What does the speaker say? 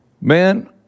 Man